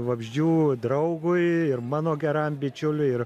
vabzdžių draugui ir mano geram bičiuliui ir